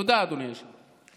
תודה, אדוני היושב-ראש.